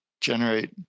generate